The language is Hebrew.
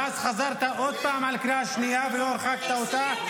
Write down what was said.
ואז חזרת עוד פעם על קריאה שנייה ולא הרחקת אותה.